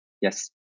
Yes